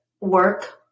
work